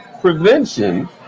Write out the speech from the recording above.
prevention